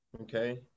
Okay